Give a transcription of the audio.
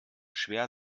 schwer